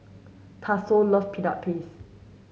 Tatsuo love peanut paste